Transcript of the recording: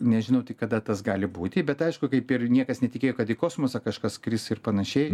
nežinau tai kada tas gali būti bet aišku kaip ir niekas netikėjo kad į kosmosą kažkas skris ir panašiai